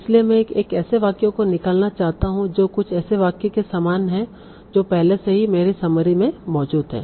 इसलिए मैं एक ऐसे वाक्य को निकालना चाहता हूं जो कुछ ऐसे वाक्य के समान है जो पहले से ही मेरे समरी में मौजूद हैं